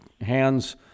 hands